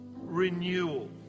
renewal